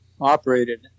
operated